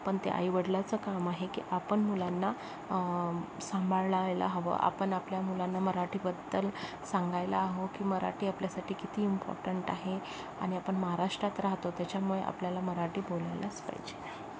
पण ते आई वडिलांचं काम आहे की आपण मुलांना सांभाळायला हवं आपण आपल्या मुलांना मराठीबद्दल सांगायला हवं की मराठी आपल्यासाठी किती इम्पॉरटंट आहे आणि आपण महाराष्ट्रात राहतो त्याच्यामुळे आपल्याला मराठी बोलायलाच पाहिजे